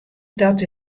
dat